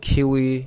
Kiwi